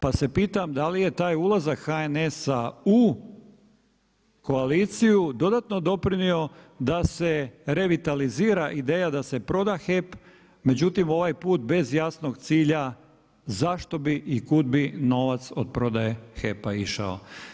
Pa se pitam da li je taj ulazak HNS-a u koaliciju dodatno doprinio da se revitalizira ideja da se proda HEP, međutim ovaj put bez jasnog cilja zašto bi i kud bi novac od prodaje HEP-a išao.